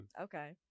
Okay